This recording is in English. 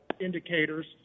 indicators